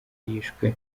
yishwe